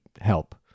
help